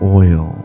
oil